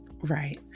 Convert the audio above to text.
Right